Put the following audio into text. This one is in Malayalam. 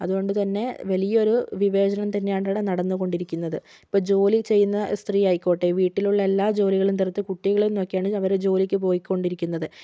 അത് കൊണ്ട് തന്നെ വലിയ ഒരു വിവേചനം തന്നെയാണ് ഇവിടെ നടന്ന് കൊണ്ടിരിക്കുന്നത് ഇപ്പോൾ ജോലി ചെയ്യുന്ന സ്ത്രീ ആയിക്കോട്ടെ വീട്ടിലുള്ള എല്ലാ ജോലികളും തീർത്ത് കുട്ടികളെയും നോക്കിയാണ് അവർ ജോലിക്ക് പോയിക്കൊണ്ടരിക്കുന്നത്